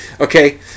Okay